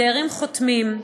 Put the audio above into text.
דיירים חותמים,